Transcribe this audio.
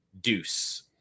Deuce